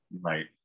right